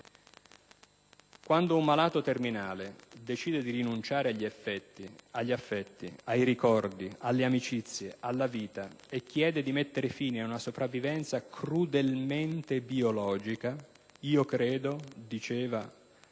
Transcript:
Quando un malato terminale decide di rinunciare agli affetti, ai ricordi, alle amicizie, alla vita e chiede di mettere fine ad una sopravvivenza crudelmente biologica, io credo» - diceva